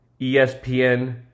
ESPN